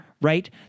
Right